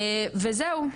וזהו.